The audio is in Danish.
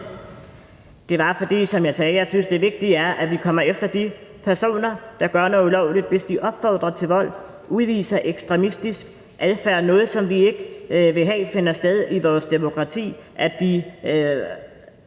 Det var, som jeg sagde, fordi jeg synes, at det vigtige er, at vi kommer efter de personer, der gør noget ulovligt, hvis de opfordrer til vold, udviser ekstremistisk adfærd og gør noget, som vi ikke vil have finder sted i vores demokrati, altså,